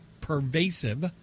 pervasive